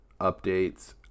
updates